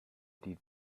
die